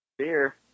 beer